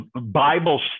Bible